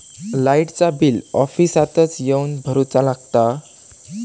लाईटाचा बिल ऑफिसातच येवन भरुचा लागता?